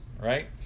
right